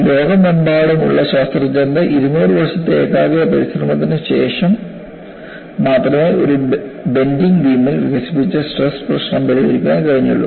ലോകമെമ്പാടുമുള്ള ശാസ്ത്രജ്ഞരുടെ 200 വർഷത്തെ ഏകാഗ്ര പരിശ്രമത്തിനുശേഷം മാത്രമേ ഒരു ബെൻഡിങ് ബീമിൽ വികസിപ്പിച്ച സ്ട്രെസ് പ്രശ്നം പരിഹരിക്കാൻ കഴിഞ്ഞുള്ളൂ